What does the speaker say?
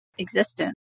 existent